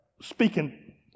speaking